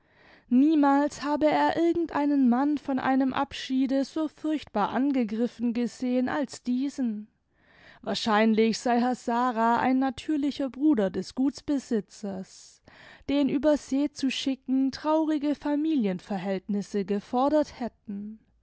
niemals habe er irgend einen mann von einen abschiede so furchtbar angegriffen gesehen als diesen wahrscheinlich sei herr sara ein natürlicher bruder des gutsbesitzers den über see zu schicken traurige familienverhältnisse gefordert hätten